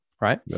Right